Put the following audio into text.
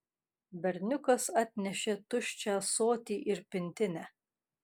berniukas atnešė tuščią ąsotį ir pintinę